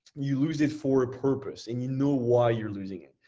you lose it for a purpose, and you know why you're losing it.